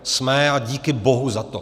Jsme a díky bohu za to.